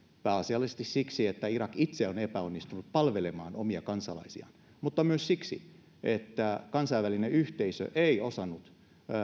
pääasiallisesti siksi että irak itse on epäonnistunut palvelemaan omia kansalaisiaan mutta myös siksi että kansainvälinen yhteisö ei osannut